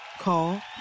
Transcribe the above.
call